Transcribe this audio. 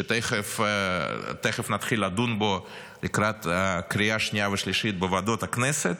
שתכף נתחיל לדון בו לקראת הקריאה השנייה והשלישית בוועדות הכנסת,